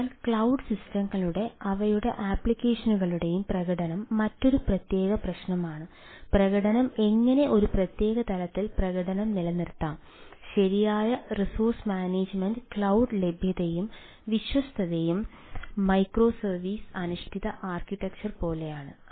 അതിനാൽ ക്ലൌഡ് സിസ്റ്റങ്ങളുടെയും അവയുടെ ആപ്ലിക്കേഷനുകളുടെയും പ്രകടനം മറ്റൊരു പ്രത്യേക പ്രശ്നമാണ് പ്രകടനം എങ്ങനെ ഒരു പ്രത്യേക തലത്തിൽ പ്രകടനം നിലനിർത്താം ശരിയായ റിസോഴ്സ് മാനേജ്മെൻറ് ക്ലൌഡ് ലഭ്യതയും വിശ്വാസ്യതയും മൈക്രോസർവീസ് അധിഷ്ഠിത ആർക്കിടെക്ചർ പോലെയാണ്